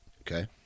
Okay